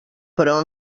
però